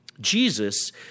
Jesus